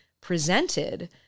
presented